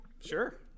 Sure